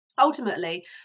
ultimately